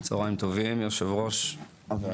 צוהריים טובים יו"ר הוועדה,